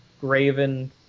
Graven